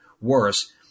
worse